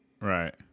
Right